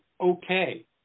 okay